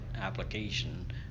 application